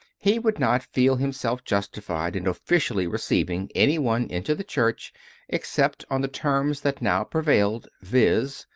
he would not feel himself justified in officially receiving anyone into the church except on the terms that now pre vailed, viz,